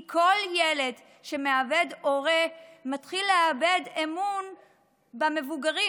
כי כל ילד שמאבד הורה מתחיל לאבד אמון במבוגרים,